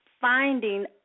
finding